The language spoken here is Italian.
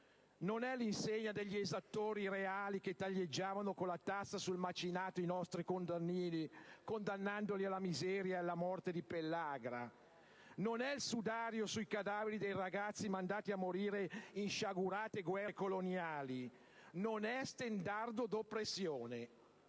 non è l'insegna degli esattori reali che taglieggiavano con la tassa sul macinato i nostri contadini, condannandoli alla miseria e alla morte di pellagra; non è il sudario sui cadaveri dei ragazzi mandati a morire in sciagurate guerre coloniali; non è stendardo d'oppressione.